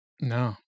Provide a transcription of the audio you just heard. No